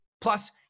Plus